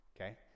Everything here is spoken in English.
Okay